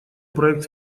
проект